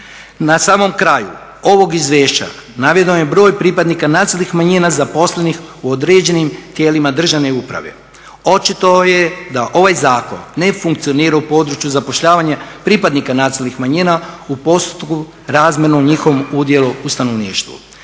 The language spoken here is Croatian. Na samom kraju ovog izvješća naveden je broj pripadnika nacionalnih manjina zaposlenih u određenim tijelima državne uprave. Očito je da ovaj zakon ne funkcionira u području zapošljavanja pripadnika nacionalnih manjina u postotku razmjernom njihovom udjelu u stanovništvu.